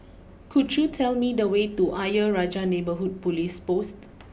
could you tell me the way to Ayer Rajah Neighbourhood police post